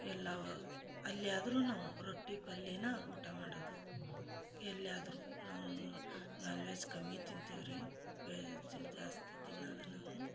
ಎಲ್ಲವ ಅಲ್ಲಿಯಾದರು ನಾವು ರೊಟ್ಟಿ ಪಲ್ಯನ ಊಟ ಮಾಡದು ಎಲ್ಲಿಯಾದರು ನಾವು ನಾಲ್ ವೆಝ್ ಕಮ್ಮಿ ತಿಂತೇವೆ ರೀ ವೆಜ್ಜು ಜಾಸ್ತಿ ತಿನ್ನಲ್ಲ ನಾವು